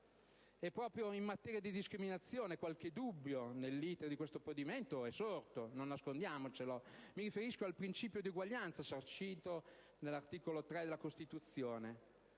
E proprio in materia di discriminazione nell'*iter* di questo provvedimento qualche dubbio è sorto: non nascondiamocelo. Mi riferisco al principio di uguaglianza sancito nell'articolo 3 della Costituzione.